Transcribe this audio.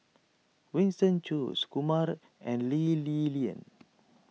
Winston Choos Kumar and Lee Li Lian